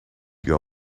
your